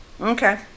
Okay